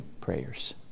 prayers